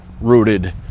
rooted